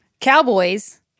cowboys